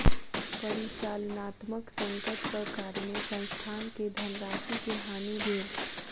परिचालनात्मक संकटक कारणेँ संस्थान के धनराशि के हानि भेल